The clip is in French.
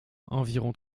environ